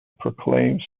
proclaimed